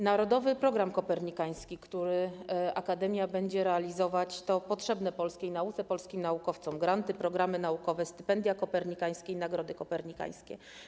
Narodowy Program Kopernikański, który akademia będzie realizować, to potrzebne polskiej nauce, polskim naukowcom granty, programy naukowe, stypendia kopernikańskie i nagrody kopernikańskie.